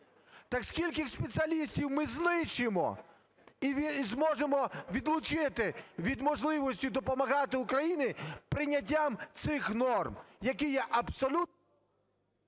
Так скільки спеціалістів ми знищимо і зможемо відлучити від можливості допомагати Україні прийняттям цих норм, які є абсолютно…